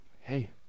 Hey